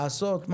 לעשות.